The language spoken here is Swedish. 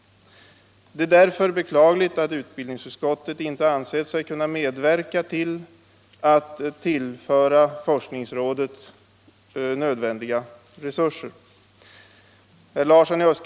Det är därför beklagligt att utbildningsutskottet inte ansett sig kunna medverka till att tillföra forskningsrådet nödvändiga resurser.